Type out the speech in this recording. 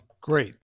Great